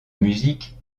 musique